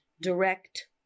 direct